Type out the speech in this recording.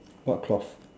what cloth